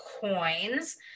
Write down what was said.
coins